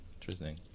interesting